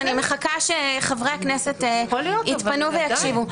ואני מחכה שחברי הכנסת יתפנו ויקשיבו.